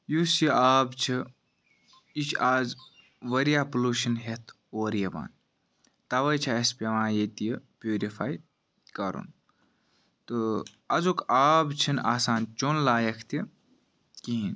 یُس یہِ آب چھِ یہِ چھُ آز واریاہ پُلوشَن ہیٚتھ اورٕ یِوان تَوَے چھِ اَسہِ پیوان ییٚتہ یہٕ پیورِفاے کَرُن تہ أزیُک آب چھُنہٕ آسان چیوٚن لایق تہِ کِہیٖنۍ